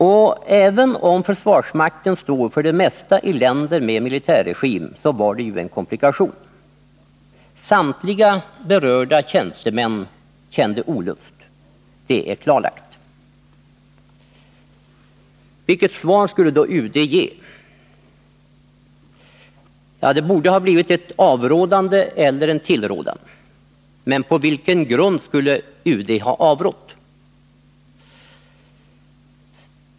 Och även om försvarsmakten står för det mesta i länder med militärregim, var det ju en komplikation. Samtliga berörda tjänstemän kände olust, det är klarlagt. Vilket svar skulle då UD ge? Ja, det borde ha blivit ett avrådande eller en tillrådan. Men på vilken grund skulle UD ha avrått?